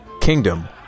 kingdom